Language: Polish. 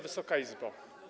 Wysoka Izbo!